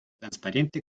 transparente